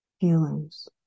feelings